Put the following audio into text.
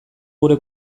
gure